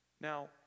Now